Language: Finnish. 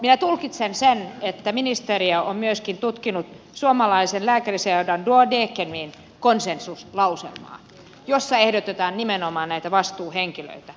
minä tulkitsen että ministeriö on myöskin tutkinut suomalaisen lääkäriseura duodecimin konsensuslauselmaa jossa ehdotetaan nimenomaan näitä vastuuhenkilöitä